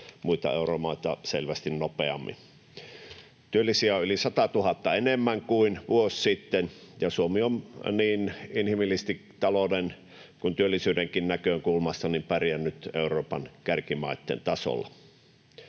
muita euromaita selvästi nopeammin. Työllisiä on yli 100 000 enemmän kuin vuosi sitten, ja Suomi on niin inhimillisesti, taloudellisesti kuin työllisyydenkin näkökulmasta pärjännyt Euroopan kärkimaitten tasolla.